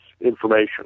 information